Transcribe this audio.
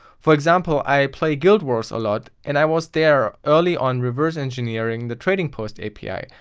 for example i play guild wars a lot and i was there early on reverse engineering the trading-post api,